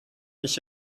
ich